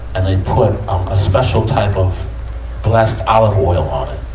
and they put a special type of blessed olive oil on it.